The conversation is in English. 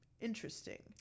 interesting